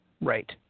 right